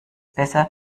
besser